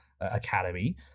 Academy